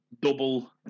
Double